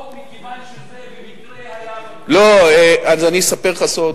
או מכיוון שזה במקרה היה, לא, אז אני אספר לך סוד.